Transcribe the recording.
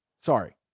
Sorry